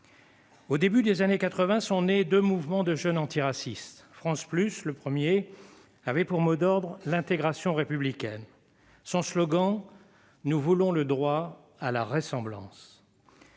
Au début des années 1980 sont nés deux mouvements de jeunes antiracistes. Le premier, France Plus, avait pour mot d'ordre l'intégration républicaine et pour slogan « Nous voulons le droit à la ressemblance ».